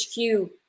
HQ